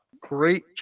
great